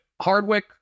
Hardwick